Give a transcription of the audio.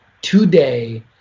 today